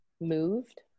moved